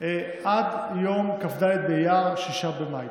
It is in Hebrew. עד יום כ"ד באייר, 6 במאי.